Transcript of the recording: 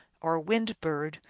or wind-bird,